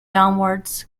downwards